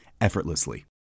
effortlessly